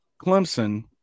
Clemson